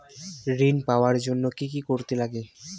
ঋণ পাওয়ার জন্য কি কি করতে লাগে?